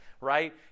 right